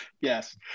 Yes